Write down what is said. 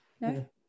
No